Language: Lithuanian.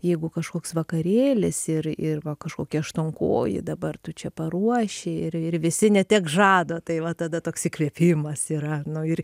jeigu kažkoks vakarėlis ir ir va kažkokį aštuonkojį dabar tu čia paruoši ir ir visi neteks žado tai va tada toks įkvėpimas yra nu ir